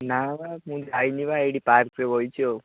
ନା ବା ମୁଁ ଯାଇନି ବା ଏଇଠି ପାର୍କରେ ବସିଛି ଆଉ